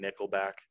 nickelback